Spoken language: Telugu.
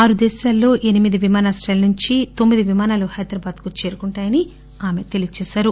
ఆరు దేశాల్లో ఎనిమిది విమానాశ్రయాల నుంచి తొమ్మిది విమానాలు హైదరాబాద్ చేరుకుంటాయని ఆమె తెలియచేశారు